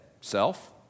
self